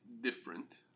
different